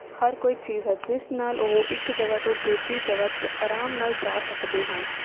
ਹਰ ਕੋਈ ਚੀਜ਼ ਹੈ ਜਿਸ ਨਾਲ ਉਹ ਇੱਕ ਜਗ੍ਹਾ ਤੋਂ ਦੂਜੀ ਜਗ੍ਹਾ ਅਰਾਮ ਨਾਲ ਜਾ ਸਕਦੇ ਹਨ